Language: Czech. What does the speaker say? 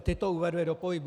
Ty to uvedly do pohybu.